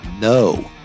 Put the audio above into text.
No